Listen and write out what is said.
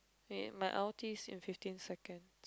wait my ulti is in fifteen seconds